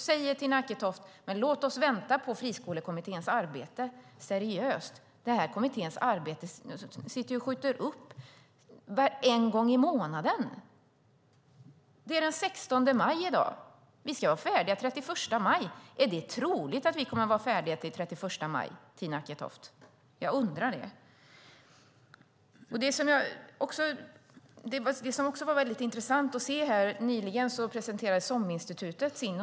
Tina Acketoft säger att vi ska vänta på Friskolekommitténs arbete. Är det seriöst? Kommitténs arbete skjuts ju upp en gång i månaden. Det är den 16 maj i dag. Vi ska vara färdiga den 31 maj. Är det troligt att vi kommer att vara färdiga till den 31 maj, Tina Acketoft? Jag undrar det. Nyligen presenterade SOM-institutet sin undersökning som var väldigt intressant att se.